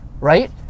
right